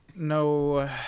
No